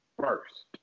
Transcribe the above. first